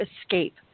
escape